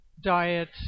diet